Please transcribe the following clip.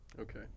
Okay